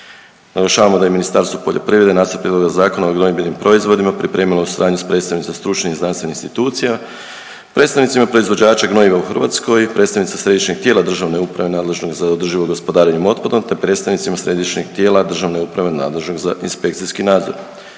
Naglašavamo da je Ministarstvo poljoprivrede nacrt Prijedloga Zakona o gnojidbenim proizvodima pripremila u suradnji s predstavnicima stručnih i znanstvenih institucija, predstavnicima proizvođača gnojiva u Hrvatskoj, predstavnicima središnjeg tijela državne uprave nadležnog za održivo gospodarenje otpadom te predstavnicima središnjeg tijela državne uprave nadležnog za inspekcijski nadzor.